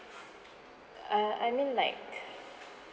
uh I mean like